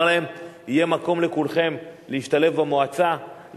להם: יהיה מקום לכולכם להשתלב במועצה,